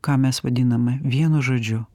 ką mes vadiname vienu žodžiu